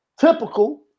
typical